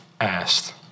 asked